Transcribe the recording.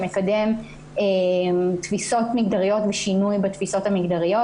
שמקדם שינוי בתפיסות המגדריות,